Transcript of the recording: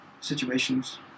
situations